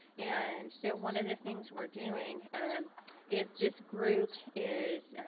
and so one of the things we're doing um is this group is